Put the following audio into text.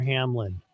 Hamlin